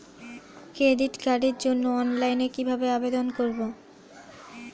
Credit কার্ডের জন্য অনলাইনে কিভাবে আবেদন করব?